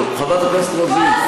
חברת הכנסת רוזין,